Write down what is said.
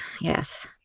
yes